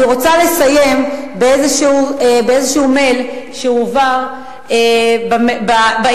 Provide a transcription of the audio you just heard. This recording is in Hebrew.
אני רוצה לסיים באיזה מייל שהועבר באינטרנט.